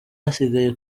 hasigaye